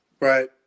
Right